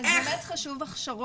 אז זה באמת חשוב הכשרות,